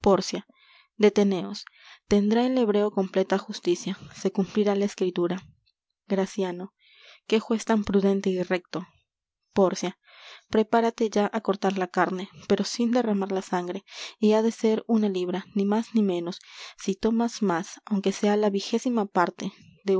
deteneos tendrá el hebreo completa justicia se cumplirá la escritura graciano qué juez tan prudente y recto pórcia prepárate ya á cortar la carne pero sin derramar la sangre y ha de ser una libra ni más ni menos si tomas más aunque sea la vigésima parte